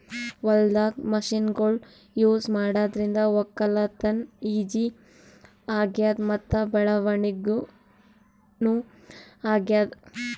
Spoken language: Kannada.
ಹೊಲ್ದಾಗ್ ಮಷಿನ್ಗೊಳ್ ಯೂಸ್ ಮಾಡಾದ್ರಿಂದ ವಕ್ಕಲತನ್ ಈಜಿ ಆಗ್ಯಾದ್ ಮತ್ತ್ ಬೆಳವಣಿಗ್ ನೂ ಆಗ್ಯಾದ್